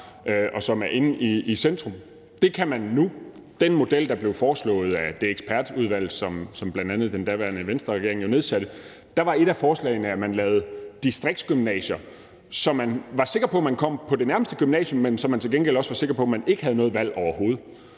og som er inde i centrum. Det kan man nu. I den model, der blev foreslået af det ekspertudvalg, som bl.a. den daværende Venstreregering jo nedsatte, var et af forslagene, at man lavede distriktsgymnasier, så man var sikker på, at man kom på det nærmeste gymnasium, men man til gengæld også var sikker på, at man ikke havde noget valg overhovedet.